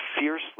fiercely